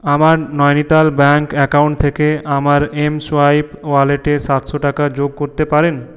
আমার Nainital bank account থেকে আমার এমসোয়াইপ ওয়ালেটে সাতশো টাকা যোগ করতে পারেন